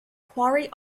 quarry